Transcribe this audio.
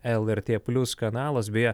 lrt plius kanalas beje